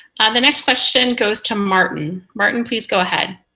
and the next question goes to martin. martin, please, go ahead.